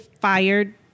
fired